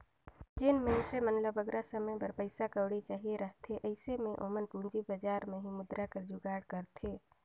जेन मइनसे मन ल बगरा समे बर पइसा कउड़ी चाहिए रहथे अइसे में ओमन पूंजी बजार में ही मुद्रा कर जुगाड़ करथे